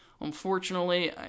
Unfortunately